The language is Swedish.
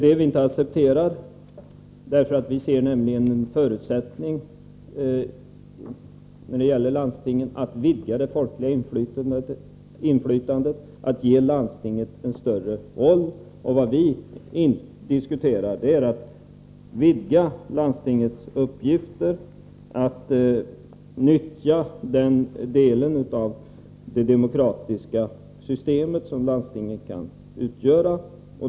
Det accepterar vi inte, eftersom vi ser en möjlighet när det gäller landstingen: genom att ge landstingen större roll kan man vidga det folkliga inflytandet. Vad vi diskuterar är alltså att vidga landstingens uppgifter, att nyttja den del av det demokratiska system som landstingen utgör.